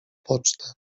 pocztę